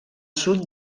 sud